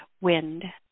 wind